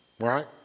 Right